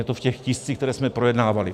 Je to v těch tiscích, které jsme projednávali.